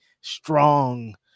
strong